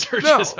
no